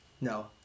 No